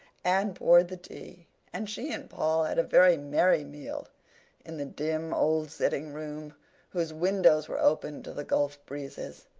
anne poured the tea and she and paul had a very merry meal in the dim old sitting room whose windows were open to the gulf breezes,